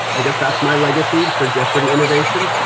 i guess that's my legacy for jeopardy! innovation.